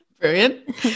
Brilliant